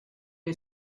est